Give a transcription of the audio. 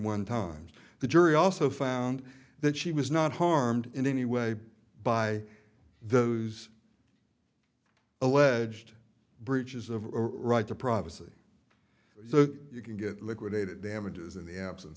one times the jury also found that she was not harmed in any way by those alleged breaches of or right to privacy so that you can get liquidated damages in the absence